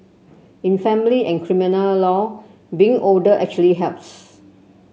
in family and criminal law being older actually helps